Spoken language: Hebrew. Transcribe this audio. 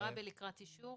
עראבה לקראת אישור